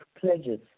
pledges